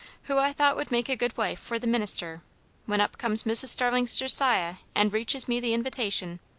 who i thought would make a good wife for the minister when up comes mrs. starling's josiah and reaches me the invitation.